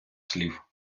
слів